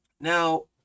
now